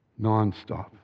Nonstop